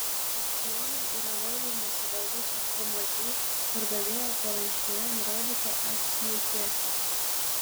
aukcione yra varžomasi dėl viso fmį pardavėjo paraiškoje nurodyto akcijų kiekio